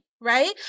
right